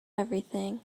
everything